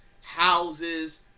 houses